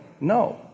No